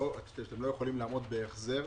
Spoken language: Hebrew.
שאתם לא יכולים לעמוד בהחזר?